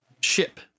ship